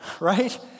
right